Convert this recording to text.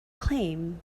claim